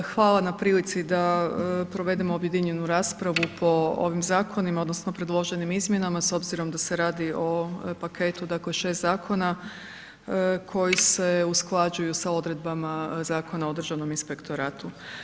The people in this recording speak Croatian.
Hvala na prilici da provedemo objedinjenu raspravu po ovim zakonima, odnosno predloženim izmjenama, s obzirom da se radi o paketu, dakle 6 zakona, koji se usklađuju sa odredbama Zakona o Državnom inspektoratu.